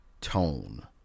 tone